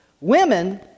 Women